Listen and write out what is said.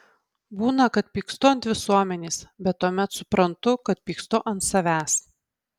būna kad pykstu ant visuomenės bet tuomet suprantu kad pykstu ant savęs